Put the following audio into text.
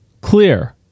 Clear